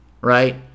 right